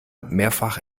mehrfach